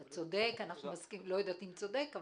אולי אני אגיד קודם שמבחינה היסטורית מלכתחילה רוב התיקים שלנו,